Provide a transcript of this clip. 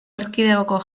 erkidegoko